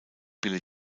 billy